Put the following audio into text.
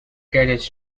carriage